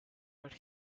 but